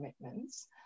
commitments